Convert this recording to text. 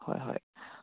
হয় হয়